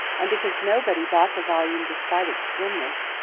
and because nobody bought the volume despite its slimness,